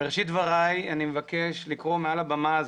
בראשית דבריי אני מבקש לקרוא מעל הבמה הזאת,